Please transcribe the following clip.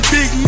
Big